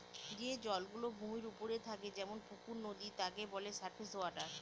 যে জল গুলো ভূমির ওপরে থাকে যেমন পুকুর, নদী তাকে বলে সারফেস ওয়াটার